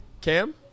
Cam